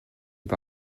die